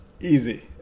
Easy